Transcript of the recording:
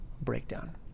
breakdown